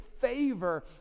favor